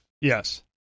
Yes